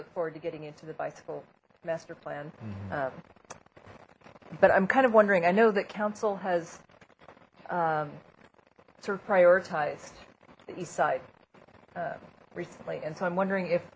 look forward to getting into the bicycle master plan but i'm kind of wondering i know that council has sort of prioritized the east side recently and so i'm wondering if